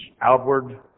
outward